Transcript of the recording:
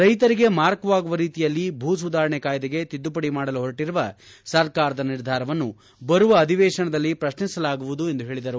ರೈತರಿಗೆ ಮಾರಕವಾಗುವ ರೀತಿಯಲ್ಲಿ ಭೂಸುಧಾರಣೆ ಕಾಯ್ದೆಗೆ ತಿದ್ದುಪಡಿ ಮಾಡಲು ಹೊರಟರುವ ಸರಕಾರದ ನಿರ್ಧಾರವನ್ನು ಬರುವ ಅಧಿವೇಶನದಲ್ಲಿ ಪ್ರಶ್ನಿಸಲಾಗುವುದು ಎಂದು ಹೇಳಿದರು